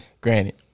Granted